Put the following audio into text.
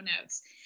notes